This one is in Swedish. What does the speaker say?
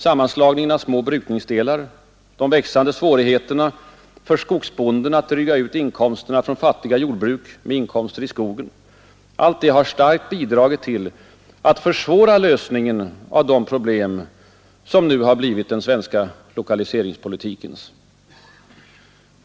Sammanslagningen av de små brukningsdelarna och de växande svårigheterna för skogsbonden att dryga ut inkomsterna från fattiga jordbruk med inkomster i skogen har starkt bidragit till att försvåra lösningen av de problem som nu blivit den svenska lokaliseringspolitikens.